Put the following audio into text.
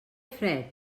fred